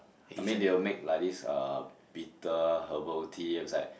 I mean they would make like this uh bitter herbal tea and it's like